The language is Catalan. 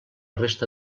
resta